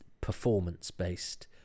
performance-based